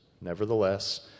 Nevertheless